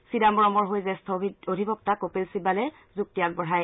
চিদাম্বৰমৰ হৈ জ্যেষ্ঠ অধিবক্তা কপিল চিববালে যুক্তি আগবঢ়ায়